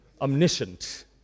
omniscient